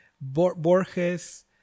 Borges